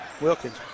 Wilkins